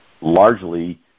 largely